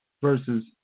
versus